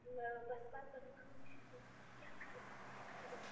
بس پتہٕ کٔر مےٚ کٲم بہٕ چھَس وَنان وۄنۍ کیٛاہ کَرٕ وۄنۍ کیٛاہ کَرٕ بہٕ